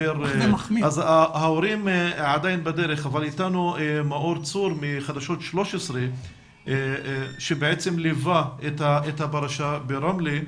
ההורים בדרך אבל אתנו מאור צור מחדשות 13 שליווה את הפרשה ברמלה.